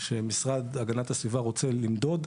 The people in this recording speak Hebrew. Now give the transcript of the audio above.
שמשרד הגנת הסביבה רוצה למדוד,